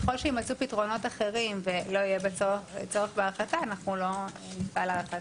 ככל שיימצאו פתרונות אחרים ולא יהיה בה צורך אנחנו לא נפעל להארכה.